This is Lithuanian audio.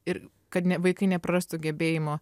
ir kad ne vaikai neprarastų gebėjimo